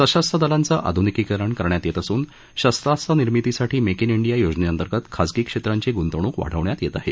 सशस्त्र दलांचं आधुनिकीकरण करण्यात येत असून शस्त्रास्त्र निर्मितीसाठी मेक इन इंडीया योजनेअंतर्गत खाजगी क्षेत्रांची गुंतवणूक वाढवण्यात येत आहे